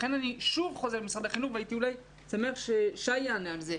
לכן אני שוב חוזר למשרד החינוך והייתי שמח ששי קלדרון יענה על זה: